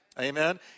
Amen